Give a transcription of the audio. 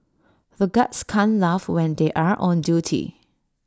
the guards can't laugh when they are on duty